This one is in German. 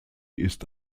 ist